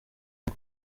ngo